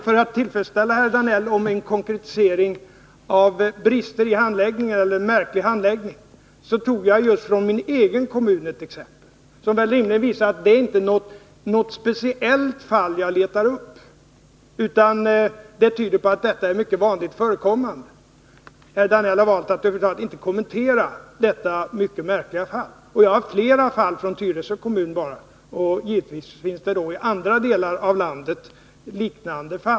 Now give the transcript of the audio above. För att tillfredsställa herr Danell, som bad om en konkretisering av talet om en bristfällig eller en märklig handläggning, tog jag ändå från min egen kommun ett exempel som väl rimligen visar att jag inte letat upp något speciellt fall utan som tyder på att detta är vanligen förekommande. Herr Danell har valt att över huvud taget inte kommentera detta mycket märkliga fall. Jag har flera fall bara från Tyresö kommun. Givetvis finns det liknande falli andra delar av landet.